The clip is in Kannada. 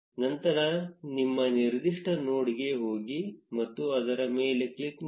ನಂತರ ನಿಮ್ಮ ನಿರ್ದಿಷ್ಟ ನೋಡ್ಗೆ ಹೋಗಿ ಮತ್ತು ಅದರ ಮೇಲೆ ಕ್ಲಿಕ್ ಮಾಡಿ